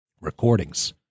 Recordings